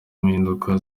mpinduka